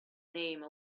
name